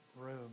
room